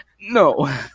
No